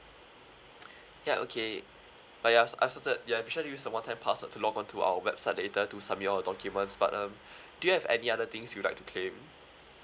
ya okay ah ya I've ya be sure to use the one-time password to log on to our website later to submit all your documents but um do you have any other things you like to claim